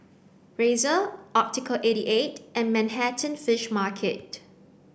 Razer Optical eighty eight and Manhattan Fish Market